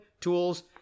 tools